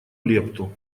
лепту